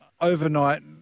overnight